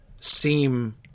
seem